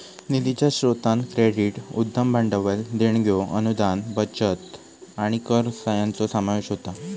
निधीच्या स्रोतांत क्रेडिट, उद्यम भांडवल, देणग्यो, अनुदान, बचत आणि कर यांचो समावेश होता